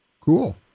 Cool